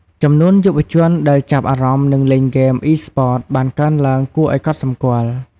ចំនួនយុវជនដែលចាប់អារម្មណ៍ និងលេងហ្គេម Esports បានកើនឡើងគួរឲ្យកត់សម្គាល់។